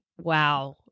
wow